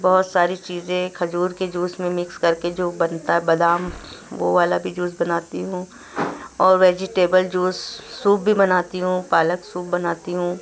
بہت ساری چیزیں کھجور کے جوس میں مکس کر کے جو بنتا ہے بادام وہ والا بھی جوس بناتی ہوں اور ویجیٹبل جوس سوپ بھی بناتی ہوں پالک سوپ بناتی ہوں